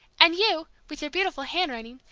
and you, with your beautiful handwriting,